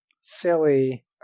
silly